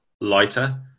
lighter